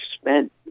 spent